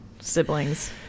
siblings